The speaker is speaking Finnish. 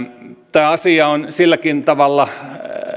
tämä asia on silläkin tavalla